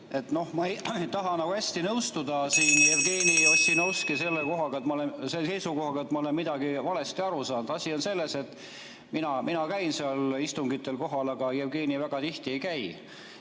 Ma ei taha hästi nõustuda Jevgeni Ossinovski seisukohaga, et ma olen millestki valesti aru saanud. Asi on selles, et mina käin [komisjoni] istungitel kohal, aga Jevgeni väga tihti ei käi.